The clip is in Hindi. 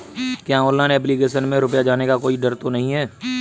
क्या ऑनलाइन एप्लीकेशन में रुपया जाने का कोई डर तो नही है?